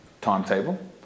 timetable